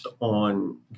on